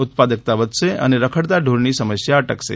ઉત્પાદકતા વધશે અને રખડતા ઢોરની સમસ્યા અટકશે